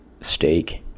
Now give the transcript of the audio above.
Steak